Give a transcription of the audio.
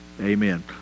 Amen